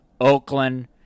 Oakland